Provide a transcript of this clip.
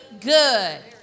good